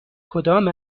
کدام